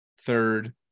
third